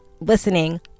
listening